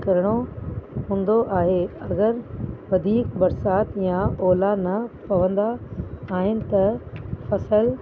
करिणो हूंदो आहे अगरि वधीक बरसाति या ओला न पवंदा आहिनि त फ़सुलु